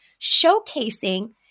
showcasing